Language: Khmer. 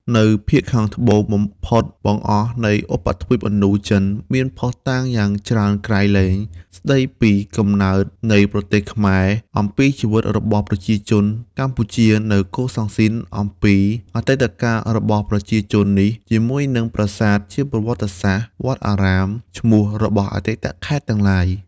នៅភាគខាងត្បូងបំផុតបង្អស់នៃឧបទ្វីបឥណ្ឌូចិន មានភស្តុតាងយ៉ាងច្រើនក្រៃ លែង ស្តីពីកំណើតនៃប្រទេសខ្មែរ អំពីជីវិតរបស់ប្រជាជនកម្ពុជានៅកូសាំងស៊ីនអំពី អតីតកាលរបស់ប្រជាជននេះ ជាមួយនឹងប្រាសាទជាប្រវត្តិសាស្ត្រ វត្តអារ៉ាម ឈ្មោះរបស់អតីតខេត្តទាំងឡាយ។